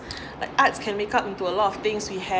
the arts can make up into a lot of things we